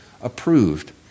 approved